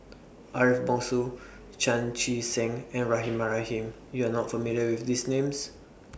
Ariff Bongso Chan Chee Seng and Rahimah Rahim YOU Are not familiar with These Names